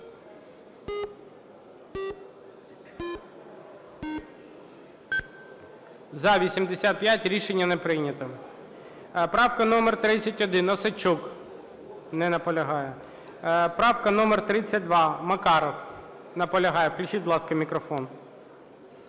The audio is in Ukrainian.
За-85 Рішення не прийнято. Правка номер 31, Осадчук. Не наполягає. Правка номер 32, Макаров. Наполягає, включіть, будь ласка, мікрофон.